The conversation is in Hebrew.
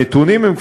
הנתונים הם,